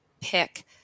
pick